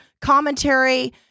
commentary